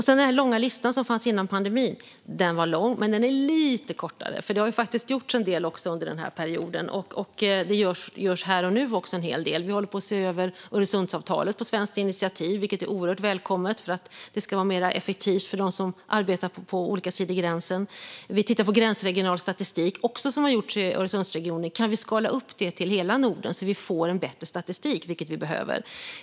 Den lista som fanns före pandemin var lång, men den är nu lite kortare. Det har faktiskt gjorts en del under den här perioden. Också här och nu görs en hel del. Vi håller på svenskt initiativ på och ser över Öresundsavtalet, vilket är oerhört välkommet, för att det ska vara mer effektivt för dem som arbetar på olika sidor om gränsen. Vi tittar på gränsregional statistik, som också har gjorts i Öresundsregionen. Kan vi skala upp det till hela Norden så att vi får en bättre statistik, vilket vi behöver?